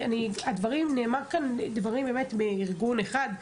נאמרו כאן דברים מארגון אחד,